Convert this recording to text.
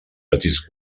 petits